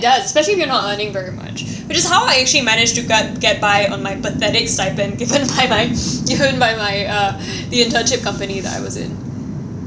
ya especially if you're not earning very much which is how I actually managed to get get by on my pathetic stipend given by my given by my uh the internship company that I was in